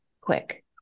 quick